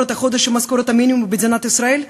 את החודש עם משכורת מינימום במדינת ישראל?